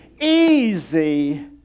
Easy